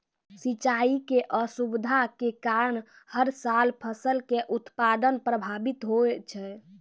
सिंचाई के असुविधा के कारण हर साल फसल के उत्पादन प्रभावित होय छै